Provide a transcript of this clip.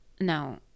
No